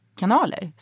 kanaler